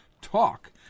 Talk